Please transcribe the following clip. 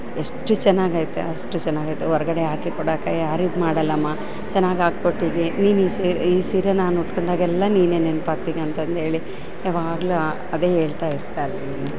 ಎಷ್ಟು ಚೆನ್ನಾಗೈತೆ ಅಷ್ಟು ಚೆನ್ನಾಗೈತೆ ಹೊರ್ಗಡೆ ಹಾಕಿ ಕೊಡಾಕ ಯಾರು ಇದು ಮಾಡಲಮ್ಮ ಚೆನ್ನಾಗ್ ಹಾಕ್ಕೊಟ್ಟಿದಿ ನೀನು ಈ ಸೀರೆ ಈ ಸೀರೆ ನಾನು ಉಟ್ಕೊಂಡಾಗೆಲ್ಲ ನೀನೆ ನೆನಪಾಗ್ತಿಕ್ ಅಂತಂದು ಹೇಳಿ ಯಾವಾಗಲು ಅದೇ ಹೇಳ್ತಾ ಇರ್ತಾರೆ ರೀ